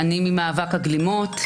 ממאבק הגלימות.